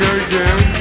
again